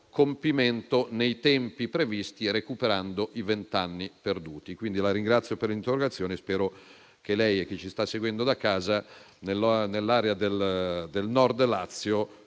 compimento nei tempi previsti recuperando i vent'anni perduti. La ringrazio per l'interrogazione e spero che lei e chi ci sta seguendo da casa nell'area del Nord Lazio